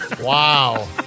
Wow